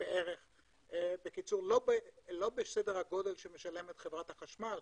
כלומר לא בסדר הגודל שמשלמת חברת החשמל